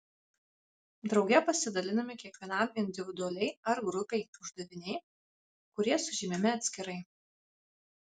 drauge pasidalinami kiekvienam individualiai ar grupei uždaviniai kurie sužymimi atskirai